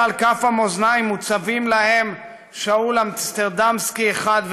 על כף המאזניים מוצבים להם שאול אמסטרדמסקי אחד,